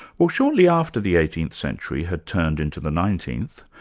well, shortly after the eighteenth century had turned into the nineteenth,